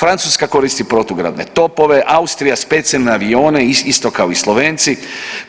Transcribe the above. Francuska koristi protugradne topove, Austrija specijalne avione isto kao i Slovenci,